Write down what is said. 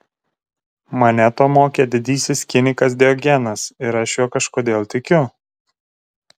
mane to mokė didysis kinikas diogenas ir aš juo kažkodėl tikiu